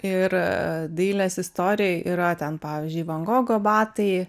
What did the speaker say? ir dailės istorijoj yra ten pavyzdžiui van gogo batai